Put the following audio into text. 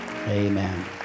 Amen